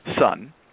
son